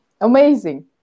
Amazing